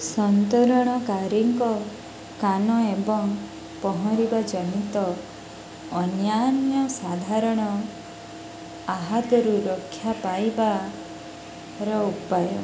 ସନ୍ତରଣକାରୀଙ୍କ କାନ ଏବଂ ପହଁରିବା ଜନିତ ଅନ୍ୟାନ୍ୟ ସାଧାରଣ ଆହତରୁ ରକ୍ଷା ପାଇବାର ଉପାୟ